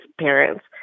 parents